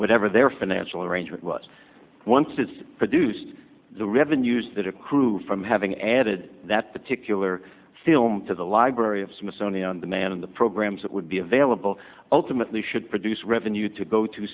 whatever their financial arrangement was once it's produced the revenues that accrue from having added that particular film to the library of smithsonian the man of the programs that would be available ultimately should produce revenue to go to